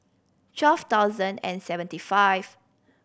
twelve thousand and seventy five